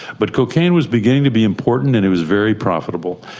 but cocaine was beginning to be important and it was very profitable,